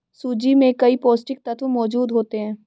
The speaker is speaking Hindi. सूजी में कई पौष्टिक तत्त्व मौजूद होते हैं